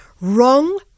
wrong